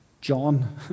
John